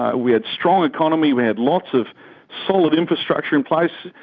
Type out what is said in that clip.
ah we had strong economy, we had lots of solid infrastructure in place,